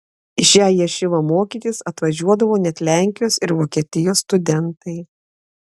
į šią ješivą mokytis atvažiuodavo net lenkijos ir vokietijos studentai